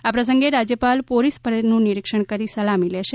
આ પ્રસંગે રાજયપાલશ્રી પોલીસ પરેડનું નિરીક્ષણ કરી સલામી લેશે